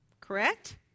Correct